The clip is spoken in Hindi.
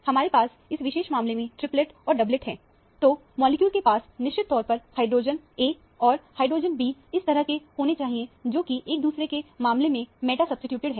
हमारे पास इस विशेष मामले में ट्रिपलेट और डबलएट है तो मॉलिक्यूल के पास निश्चित तौर पर कुछ हाइड्रोजन a इस तरह के और हाइड्रोजन b इस तरह के होने चाहिए जो कि एक दूसरे के मामले में मेटा सब्सीट्यूटेड है